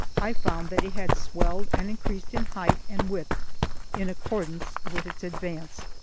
i found that it had swelled and increased in height and width in accordance with its advance,